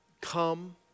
Come